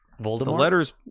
Voldemort